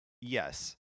yes